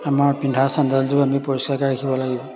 আমাৰ পিন্ধা চেণ্ডেলযোৰ আমি পৰিষ্কাৰকৈ ৰাখিব লাগিব